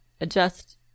adjust